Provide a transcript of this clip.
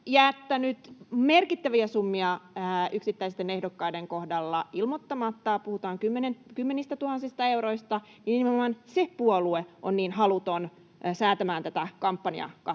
jättänyt merkittäviä summia yksittäisten ehdokkaiden kohdalla ilmoittamatta — puhutaan kymmenistätuhansista euroista — on niin haluton säätämään tätä kampanjakattoa.